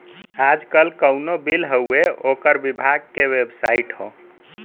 आजकल कउनो बिल हउवे ओकर विभाग के बेबसाइट हौ